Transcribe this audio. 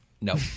No